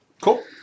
Cool